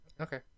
Okay